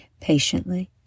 patiently